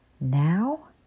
now